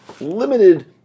limited